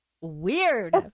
weird